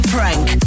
Prank